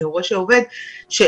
כהורה שעובד,